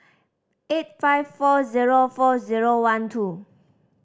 eight five four zero four zero one two